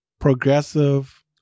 progressive